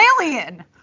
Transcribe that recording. alien